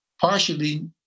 partially